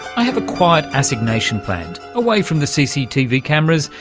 i have a quiet assignation planned, away from the cctv cameras,